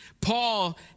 Paul